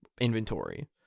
inventory